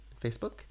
Facebook